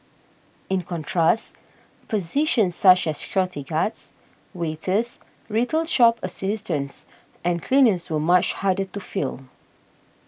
in contrast positions such as security guards waiters retail shop assistants and cleaners were much harder to fill